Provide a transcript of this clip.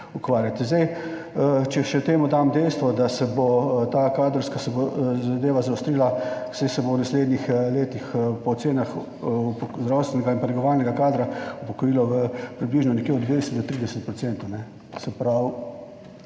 ukvarjati. Zdaj, če še temu dam dejstvo, da se bo ta kadrovska, se bo zadeva zaostrila, saj se bo v naslednjih letih po ocenah zdravstvenega in pa negovalnega kadra upokojilo v približno nekje od 20 do 30 procentov. Se pravi,